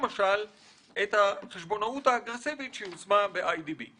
למשל את החשבונאות האגרסיבית שיושמה ב-אי די בי".